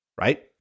right